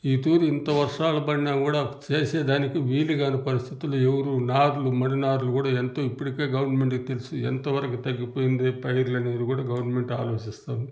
ఈసారి ఇంత వర్షాలు పడినా కూడా చేసేదానికి వీలుకాని పరిస్థితులు ఎవురూ నార్లు మడి నార్లు కూడా ఎంతో ఇప్పటికే గవర్నమెంట్కి తెలుసు ఎంత వరకు తగ్గిపోయింది పైర్లు అనేది కూడా గవర్నమెంట్ ఆలోచిస్తుం ది